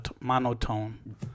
monotone